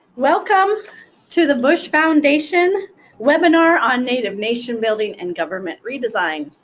welcome to the bush foundation webinar on native nation building and government redesign.